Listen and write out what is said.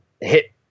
hit